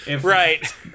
Right